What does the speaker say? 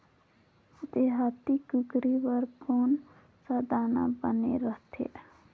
देहाती कुकरी बर कौन सा दाना बने रथे?